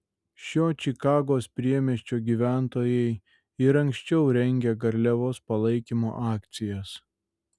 šio čikagos priemiesčio gyventojai ir anksčiau rengė garliavos palaikymo akcijas